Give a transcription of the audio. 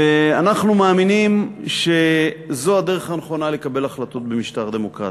ואנחנו מאמינים שזו הדרך הנכונה לקבל החלטות במשטר דמוקרטי,